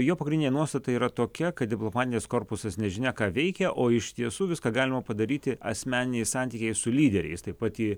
jo pagrindinė nuostata yra tokia kad diplomatinis korpusas nežinia ką veikia o iš tiesų viską galima padaryti asmeniniai santykiai su lyderiais tai pati